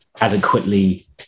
adequately